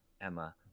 Emma